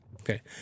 Okay